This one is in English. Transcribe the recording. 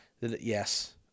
Yes